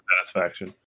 satisfaction